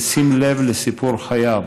בשים לב לסיפור חייו,